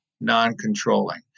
non-controlling